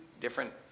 different